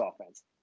offense